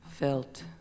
felt